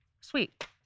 sweet